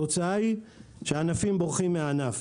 התוצאה היא שנהגים בורחים מן הענף.